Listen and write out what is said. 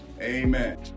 Amen